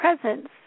presence